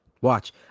watch